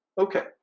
Okay